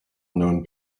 known